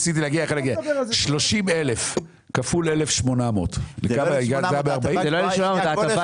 30,000 כפול 1,800 --- זה לא 1,800; ההטבה